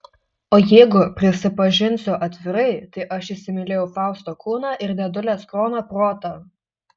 o jeigu prisipažinsiu atvirai tai aš įsimylėjau fausto kūną ir dėdulės krono protą